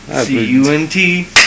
C-U-N-T